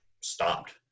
stopped